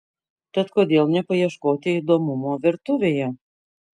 tad kodėl nepaieškoti įdomumo virtuvėje